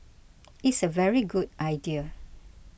it's a very good idea